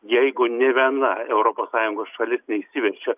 jeigu nė viena europos sąjungos šalis neišsiverčia